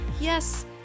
yes